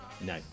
No